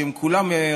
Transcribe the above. שלכולם,